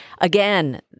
Again